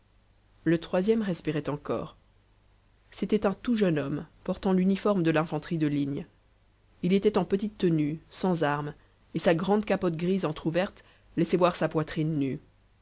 le troisième respirait encore c'était un tout jeune homme portant l'uniforme de l'infanterie de ligne il était en petite tenue sans armes et sa grande capote grise entr'ouverte laissait voir sa poitrine nue